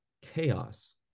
chaos